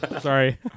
sorry